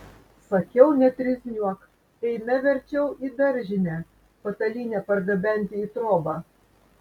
sakiau netrizniuok eime verčiau į daržinę patalynę pargabenti į trobą